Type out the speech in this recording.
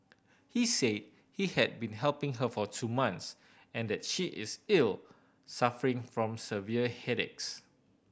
he said he had been helping her for two months and that she is ill suffering from severe headaches